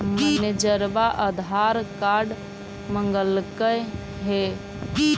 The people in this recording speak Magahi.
मैनेजरवा आधार कार्ड मगलके हे?